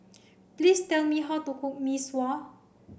please tell me how to cook Mee Sua